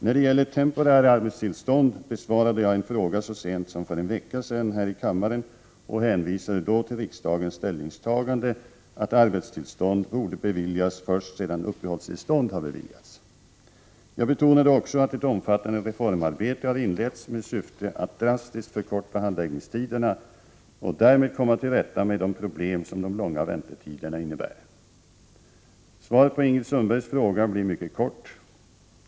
När det gäller temporära arbetstillstånd besvarade jag en fråga så sent som för en vecka sedan här i kammaren och hänvisade då till riksdagens ställningstagande att arbetstillstånd borde beviljas först sedan uppehållstillstånd har beviljats. Jag betonade också att ett omfattande reformarbete har inletts med syfte att drastiskt förkorta handläggningstiderna och därmed komma till rätta med de problem som de långa väntetiderna innebär. Svaret på Ingrid Sundbergs fråga blir mycket kort.